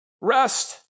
Rest